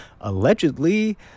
allegedly